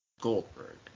Goldberg